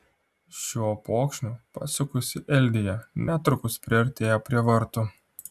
šiuo upokšniu pasukusi eldija netrukus priartėja prie vartų